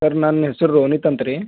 sir ನನ್ನ ಹೆಸ್ರು ರೋನಿತ್ ಅಂತ ರೀ